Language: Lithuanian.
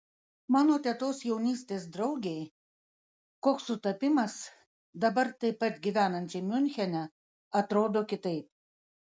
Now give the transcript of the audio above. mano tetos jaunystės draugei koks sutapimas dabar taip pat gyvenančiai miunchene atrodo kitaip